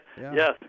Yes